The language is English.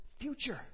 future